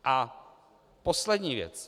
A poslední věc.